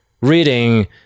reading